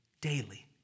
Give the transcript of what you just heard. daily